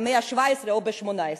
במאה ה-17 או במאה ה-18.